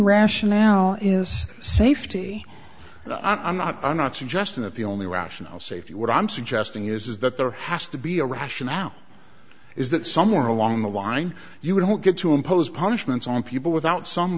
rationale is safety and i'm not i'm not suggesting that the only rational safety what i'm suggesting is that there has to be a rationale is that somewhere along the line you don't get to impose punishments on people without some